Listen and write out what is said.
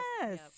Yes